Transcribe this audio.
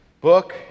book